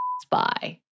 spy